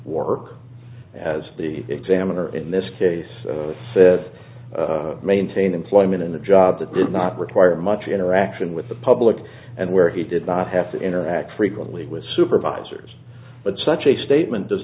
work as the examiner in this case says maintain employment in the job that did not require much interaction with the public and where he did not have to interact frequently with supervisors but such a statement does